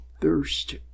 thirst